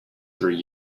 three